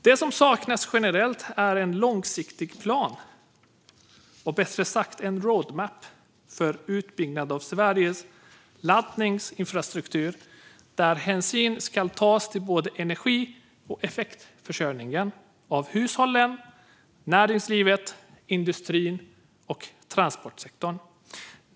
Det som saknas generellt är en långsiktig plan, en road map, för utbyggnad av Sveriges laddinfrastruktur där hänsyn tas till både energi och effektförsörjningen av hushållen, näringslivet, industrin och transportsektorn.